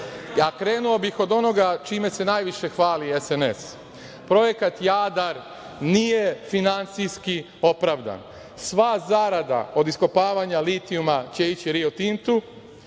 Krenuo bih od onoga čime se najviše hvali SNS. Projekat Jadar nije finansijski opravdan. Sva zarada od iskopavanja litijuma će ići Rio Tintu,